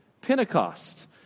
Pentecost